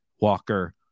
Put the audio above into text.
Walker